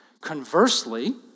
Conversely